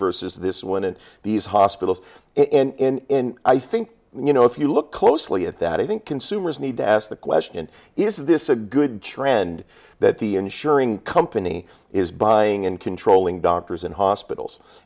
versus this one and these hospitals in i think you know if you look closely at that i think consumers need to ask the question is this a good trend that the insuring company is buying and controlling doctors and hospitals